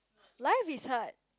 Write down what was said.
life is hard